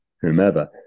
whomever